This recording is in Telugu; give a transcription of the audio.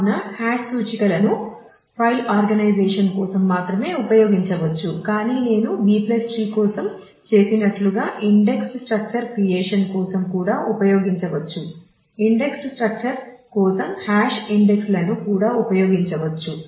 కావున హాష్ సూచికలను ఫైల్ ఆర్గనైజేషన్ లో పెడుతుంది